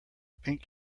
pink